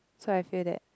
so I feel that